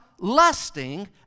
lusting